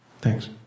Thanks